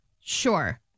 Sure